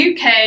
UK